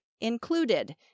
included